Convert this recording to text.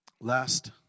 Last